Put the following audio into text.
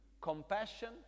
compassion